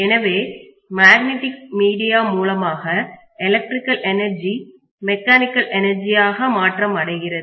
எனவே magnetic media மூலமாக electrical energy mechanical எனர்ஜியாக மாற்றம் அடைகிறது